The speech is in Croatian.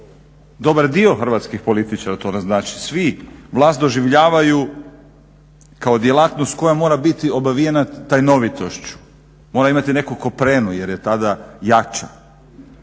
dobar dio hrvatskih političara to ne znači svi vlast doživljavaju kao djelatnost koja mora biti obavijena tajnovitošću, mora imati neku koprenu jer je tada jača.